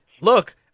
look